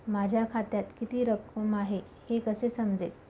माझ्या खात्यात किती रक्कम आहे हे कसे समजेल?